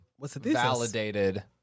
validated